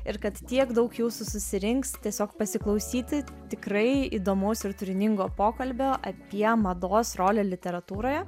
ir kad tiek daug jūsų susirinks tiesiog pasiklausyti tikrai įdomaus ir turiningo pokalbio apie mados rolę literatūroje